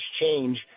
change